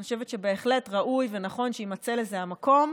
אני חושבת שבהחלט ראוי ונכון שיימצא לזה המקום,